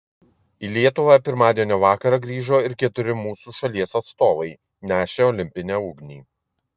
į lietuvą pirmadienio vakarą grįžo ir keturi mūsų šalies atstovai nešę olimpinę ugnį